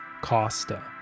Costa